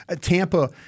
Tampa